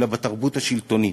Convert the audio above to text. אלא בתרבות השלטונית.